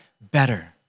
better